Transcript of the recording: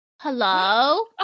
Hello